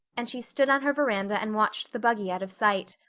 and she stood on her veranda and watched the buggy out of sight.